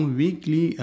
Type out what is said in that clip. weekly